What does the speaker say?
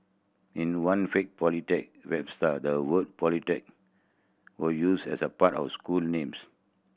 in one fake polytechnic website the word Polytechnics was used as part of school names